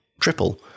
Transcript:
triple